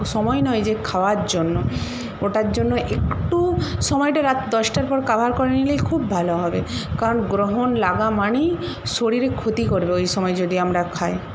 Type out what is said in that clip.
সময় নয় যে খাওয়ার জন্য ওটার জন্য একটু সময়টা রাত দশটার পর কভার করে নিলেই খুব ভালো হবে কারণ গ্রহণ লাগা মানেই শরীরে ক্ষতি করবে ওই সময় যদি আমরা খাই